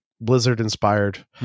Blizzard-inspired